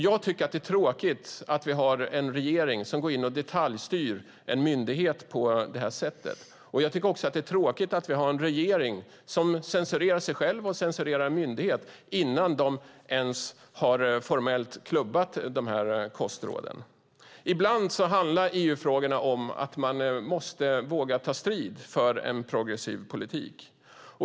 Jag tycker att det är tråkigt att vi har en regering som går in och detaljstyr en myndighet på det här sättet. Det är också tråkigt att vi har en regering som censurerar sig själv och censurerar en myndighet innan kostråden formellt har klubbats. Ibland handlar EU-frågorna om att man måste våga ta strid för en progressiv politik.